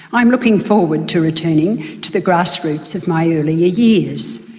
i am looking forward to returning to the grassroots of my earlier years.